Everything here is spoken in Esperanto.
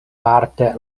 parte